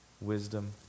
Wisdom